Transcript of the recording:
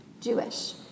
Jewish